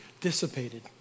dissipated